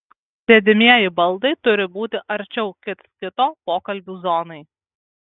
sėdimieji baldai turi būti arčiau kits kito pokalbių zonai